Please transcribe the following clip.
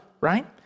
right